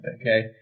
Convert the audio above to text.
Okay